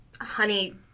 honey